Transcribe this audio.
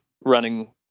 running